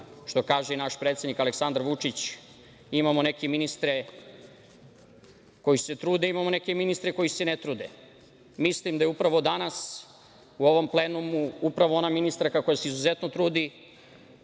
što kaže i naš predsednik Aleksandar Vučić, imamo neke ministre koji se trude, imamo neke ministre koji se ne trude. Mislim da je upravo danas u ovom plenumu upravo ona ministarka koja se izuzetno trudi.